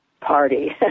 party